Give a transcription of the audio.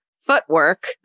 Footwork